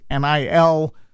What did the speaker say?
NIL